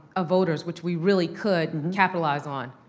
of voters, which we really could capitalize on.